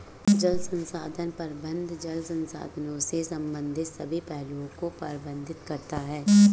जल संसाधन प्रबंधन जल संसाधनों से संबंधित सभी पहलुओं को प्रबंधित करता है